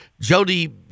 Jody